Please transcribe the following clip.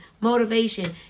motivation